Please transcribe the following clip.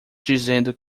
dizendo